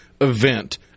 event